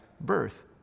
birth